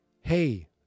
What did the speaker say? Hey